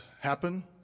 happen